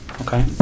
okay